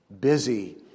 busy